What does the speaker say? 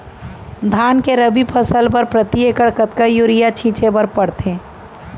धान के रबि फसल बर प्रति एकड़ कतका यूरिया छिंचे बर पड़थे?